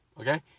okay